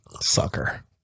Sucker